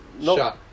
No